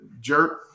jerk